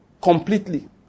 Completely